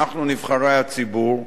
אנחנו, נבחרי הציבור,